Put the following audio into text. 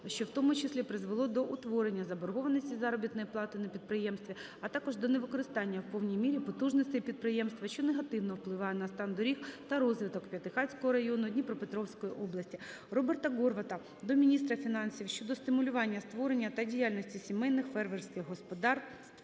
що в тому числі призвело до утворення заборгованості із заробітної плати на підприємстві, а також до невикористання у повній мірі потужностей підприємства, що негативно вливає на стан доріг та розвиток П'ятихатського району Дніпропетровської області. Роберта Горвата до міністра фінансів щодо стимулювання створення та діяльності сімейних фермерських господарств